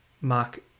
Mark